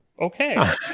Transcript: okay